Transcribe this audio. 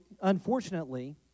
Unfortunately